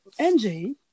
NJ